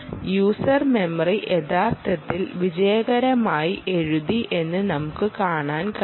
user memory യഥാർത്ഥത്തിൽ വിജയകരമായി എഴുതി എന്നു നമുക്ക് കാണാൻ കഴിയും